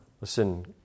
listen